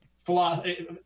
philosophy